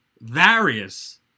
various